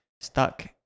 stuck